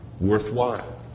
worthwhile